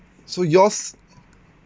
so yours